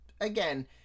again